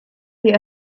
die